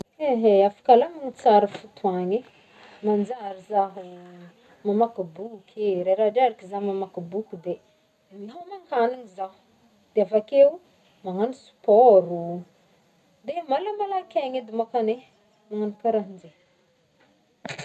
Ehe, afaky alamigny tsara fotoagna e, manjary zaho mamaky boky e, reradreraka zaho mamaky boky de mihomankagnigny zaho, de avakeo magnagno sport o, de malamalaka aigny edy môkany e, magnagno karaha anje.